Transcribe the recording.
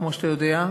כמו שאתה יודע,